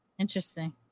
Interesting